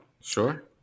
Sure